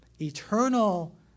eternal